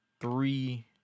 three